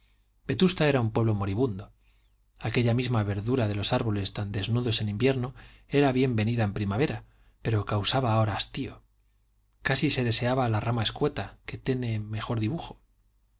verano vetusta era un pueblo moribundo aquella misma verdura de los árboles tan desnudos en invierno era bien venida en primavera pero causaba ahora hastío casi se deseaba la rama escueta que tiene mejor dibujo